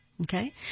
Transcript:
Okay